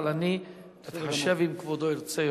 אבל אני אתחשב אם כבודו ירצה יותר.